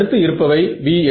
அடுத்து இருப்பவை v s